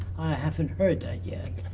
haven't heard that yet.